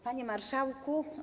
Panie Marszałku!